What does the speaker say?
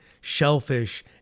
shellfish